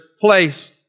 place